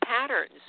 patterns